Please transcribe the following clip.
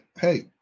hey